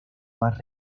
más